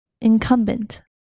incumbent